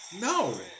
No